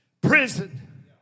prison